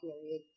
period